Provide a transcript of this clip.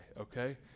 okay